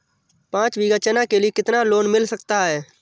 पाँच बीघा चना के लिए कितना लोन मिल सकता है?